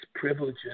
privileges